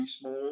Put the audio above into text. small